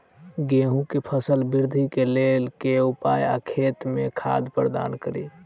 गेंहूँ केँ फसल वृद्धि केँ लेल केँ उपाय आ खेत मे खाद प्रदान कड़ी?